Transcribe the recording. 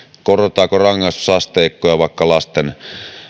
korotetaanko rangaistusasteikkoja vaikkapa lasten